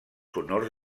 honors